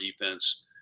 defense